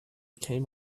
came